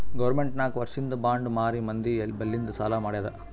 government ನಾಕ್ ವರ್ಷಿಂದ್ bond ಮಾರಿ ಮಂದಿ ಬಲ್ಲಿಂದ್ ಸಾಲಾ ಮಾಡ್ಯಾದ್